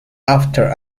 after